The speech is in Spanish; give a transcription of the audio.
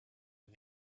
han